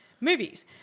movies